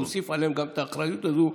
להוסיף עליהן גם את האחריות הזו,